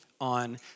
on